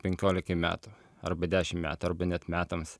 penkiolikai metų arba dešim metų arba net metams